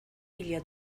mila